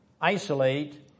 isolate